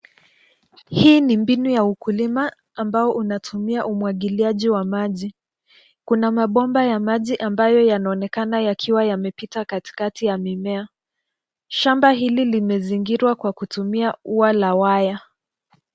Hii ni mbinu ya ukulima ambao unatumia umwagiliaji wa maji. Kuna mabomba ya maji ambayo yanaonekana yakiwa yamepita katikati ya mimea. Shamba hili limezingirwa kwa kutumia ua la waya.